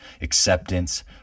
acceptance